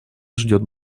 ждет